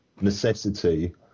necessity